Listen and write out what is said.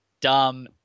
dumb